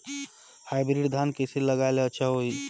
Hybrid धान कइसे लगाय ले अच्छा होही?